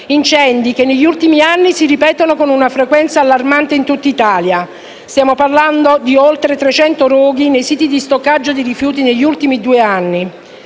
anni tali incendi si ripetono con una frequenza allarmante in tutta Italia: stiamo parlando di oltre 300 roghi nei siti di stoccaggio di rifiuti negli ultimi due anni.